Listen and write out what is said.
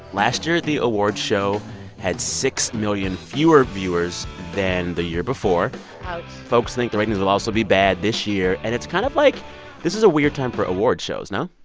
last year, the awards show had six million fewer viewers than the year before ouch folks think the ratings will also be bad this year. and it's kind of like this is a weird time for awards shows. no?